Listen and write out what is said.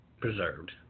preserved